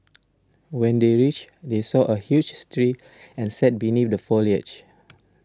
when they reached they saw a huge street and sat beneath the foliage